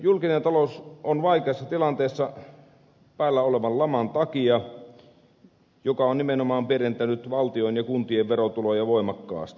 julkinen talous on vaikeassa tilanteessa päällä olevan laman takia joka on nimenomaan pienentänyt valtion ja kuntien verotuloja voimakkaasti